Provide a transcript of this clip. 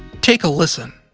take a listen